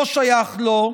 לא שייך לו,